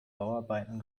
bauarbeiten